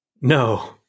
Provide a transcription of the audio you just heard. No